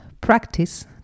practice